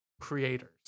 creators